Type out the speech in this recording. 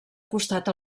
costat